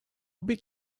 big